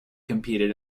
competed